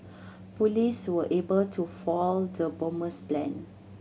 police were able to foil the bomber's plan